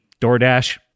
DoorDash